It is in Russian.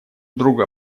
друга